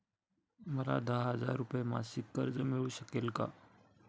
मला दहा हजार रुपये मासिक कर्ज मिळू शकेल का?